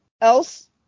else